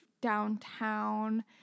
downtown